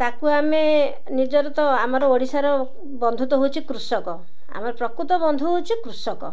ତା'କୁ ଆମେ ନିଜର ତ ଆମର ଓଡ଼ିଶାର ବନ୍ଧୁ ତ ହେଉଛି କୃଷକ ଆମର ପ୍ରକୃତ ବନ୍ଧୁ ହେଉଛି କୃଷକ